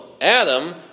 Adam